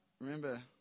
remember